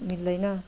मिल्दैन